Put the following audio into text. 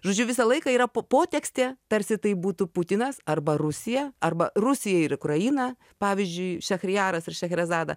žodžiu visą laiką yra potekstė tarsi tai būtų putinas arba rusija arba rusija ir ukraina pavyzdžiui šechrijaras ir šechrezada